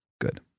good